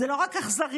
זאת לא רק אכזריות,